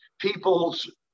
people's